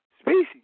species